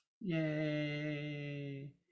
Yay